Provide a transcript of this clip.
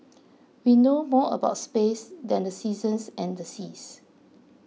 we know more about space than the seasons and the seas